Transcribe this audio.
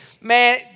man